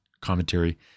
commentary